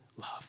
love